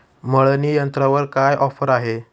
मळणी यंत्रावर काय ऑफर आहे?